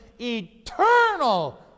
eternal